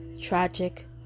tragic